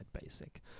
basic